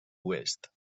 oest